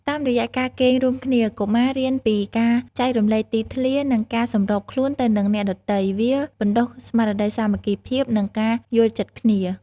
តាមរយៈការគេងរួមគ្នា កុមាររៀនពីការចែករំលែកទីធ្លា និងការសម្របខ្លួនទៅនឹងអ្នកដទៃ វាបណ្តុះស្មារតីសាមគ្គីភាព និងការយល់ចិត្តគ្នា។